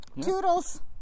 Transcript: Toodles